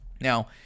now